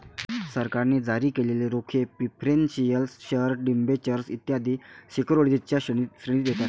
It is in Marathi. सरकारने जारी केलेले रोखे प्रिफरेंशियल शेअर डिबेंचर्स इत्यादी सिक्युरिटीजच्या श्रेणीत येतात